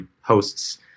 hosts